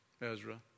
Ezra